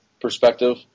perspective